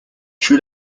tue